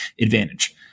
advantage